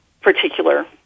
particular